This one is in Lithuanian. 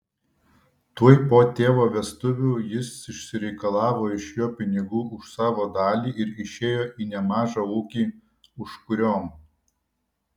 tuoj po tėvo vestuvių jis išsireikalavo iš jo pinigų už savo dalį ir išėjo į nemažą ūkį užkuriom